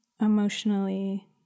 emotionally